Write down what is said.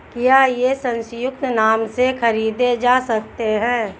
क्या ये संयुक्त नाम से खरीदे जा सकते हैं?